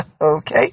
Okay